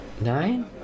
nine